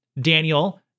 Daniel